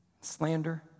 slander